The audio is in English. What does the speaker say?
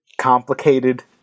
complicated